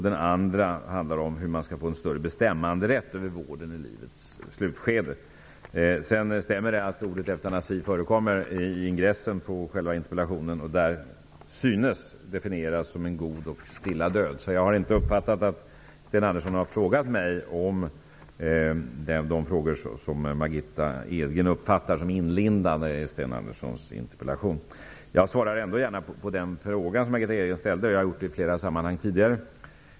Den andra frågan handlar om hur man skall kunna få en större bestämmanderätt över vården i livets slutskede. Det stämmer att ordet eutanasi förekommer i ingressen av interpellation och där synes definieras som en god och stilla död. Jag har därför inte uppfattat att Sten Andersson har frågat mig om de frågor som Margitta Edgren uppfattar som inlindade i Sten Anderssons interpellation. Jag svarar ändå gärna på den fråga som Margitta Edgren ställer; jag har gjort det i flera andra sammanhang tidigare.